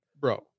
bro